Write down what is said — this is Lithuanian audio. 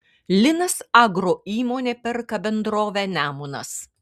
linas agro įmonė perka bendrovę nemunas